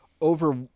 over